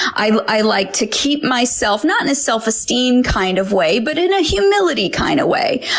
i i like to keep myself, not in a self-esteem kind of way, but in a humility kind of way.